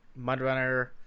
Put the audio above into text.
Mudrunner